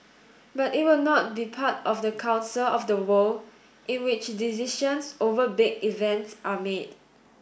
but it will not be part of the council of the world in which decisions over big events are made